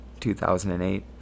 2008